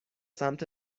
سمت